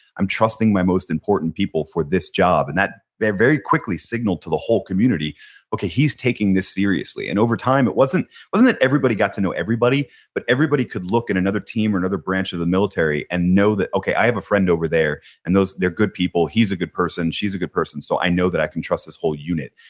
i'm trusting my most important people for this job. and that very quickly signaled to the whole community okay, he's taking this seriously and over time it wasn't wasn't that everybody got to know everybody but everybody could look in another team or another branch of the military and know that okay, i have a friend over there and they're good people. he's a good person. she's a good person so i know that i can trust this whole this unit.